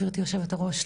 גברתי יושבת-הראש,